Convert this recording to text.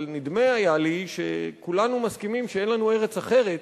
אבל נדמה היה לי שכולנו מסכימים שאין לנו ארץ אחרת